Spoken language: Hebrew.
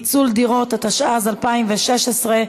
התשע"ז 2016,